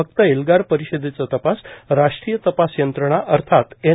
फक्त एल्गार परिषदेचा तपास राष्ट्रीय तपास यंत्रणा अर्थात एन